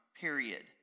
period